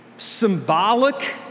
symbolic